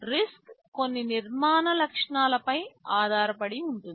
RISC కొన్ని నిర్మాణ లక్షణాలపై ఆధారపడి ఉంటుంది